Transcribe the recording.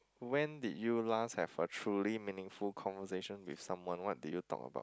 when did you last have a truly meaningful conversation with someone what did you talk about